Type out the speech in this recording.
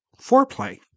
foreplay